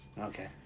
Okay